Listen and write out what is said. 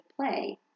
play